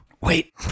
Wait